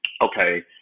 okay